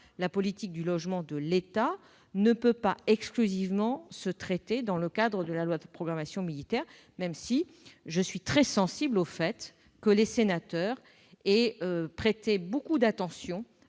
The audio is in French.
la politique du logement de l'État et ne peuvent pas exclusivement se traiter dans le cadre d'une loi de programmation militaire. Cela étant, je suis très sensible au fait que les sénateurs aient prêté une si grande attention